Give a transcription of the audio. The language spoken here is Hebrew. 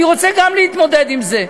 גם אני רוצה להתמודד עם זה,